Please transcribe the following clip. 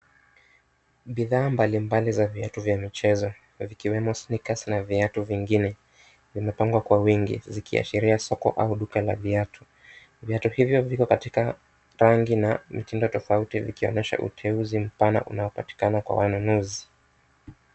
Bidhaa mbali mbali za viatu vya michezo vikiwemo sneakers na viatu vingine, vimepangwa kw wingi, vikiashiria soko au suka la viatu. Viatu hivyo viko katika rangi na mitindo tofauti vikionyesha uteusi mpana unaopatikana kwa wanunuzi.